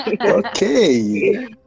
Okay